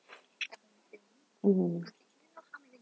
mmhmm